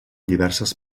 diverses